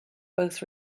both